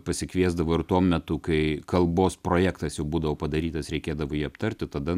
pasikviesdavo ir tuo metu kai kalbos projektas jau būdavo padarytas reikėdavo jį aptarti tada